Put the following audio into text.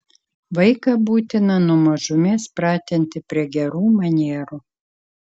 vaiką būtina nuo mažumės pratinti prie gerų manierų